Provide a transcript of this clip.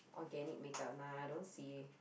organic makeup nah I don't see